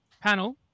panel